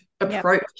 approach